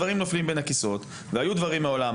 דברים נופלים בין הכיסאות והיו דברים מעולם,